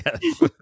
Yes